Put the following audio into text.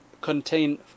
contain